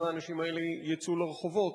האם האנשים האלה יצאו לרחובות?